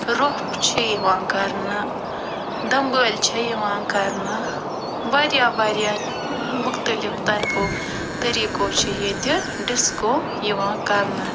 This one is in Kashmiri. روٚف چھِ یِوان کرنہٕ دمبٲلۍ چھِ یِوان کرنہٕ واریاہ واریاہ مختلف طرفو طریٖقو چھِ ییٚتہِ ڈسکو یِوان کرنہٕ